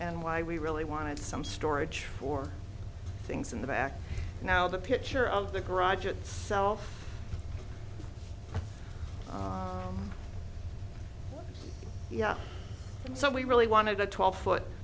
and why we really wanted some storage for things in the back now the picture of the garage itself so we really wanted a twelve foot